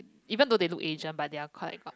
even though they look Asian but they are quite